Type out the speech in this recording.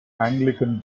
anglican